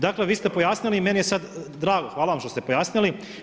Dakle, vi ste pojasnili i meni je sada drago, hvala vam što ste pojasnili.